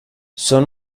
son